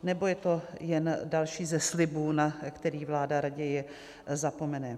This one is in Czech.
Nebo je to jen další ze slibů, na který vláda raději zapomene?